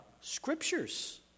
Scriptures